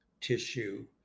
tissue